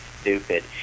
stupid